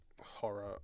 Horror